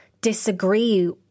disagree